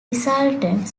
resultant